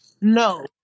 No